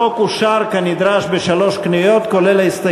החוק אושר כנדרש, בשלוש קריאות,